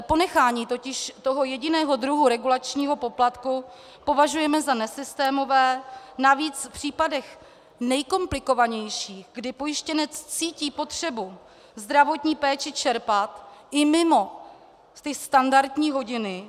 Ponechání totiž toho jediného druhu regulačního poplatku považujeme za nesystémové, navíc v případech nejkomplikovanějších, kdy pojištěnec cítí potřebu zdravotní péči čerpat i mimo standardní hodiny.